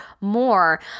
more